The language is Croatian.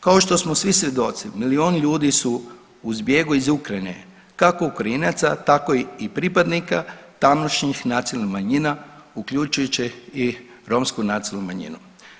Kao što smo svi svjedoci milioni ljudi su u zbjegu iz Ukrajine, kako Ukrajinaca tako i pripadnika tamošnjih nacionalnih manjina uključujući i romsku nacionalnu manjinu.